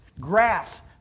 grass